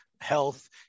health